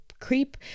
creep